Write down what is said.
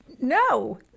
No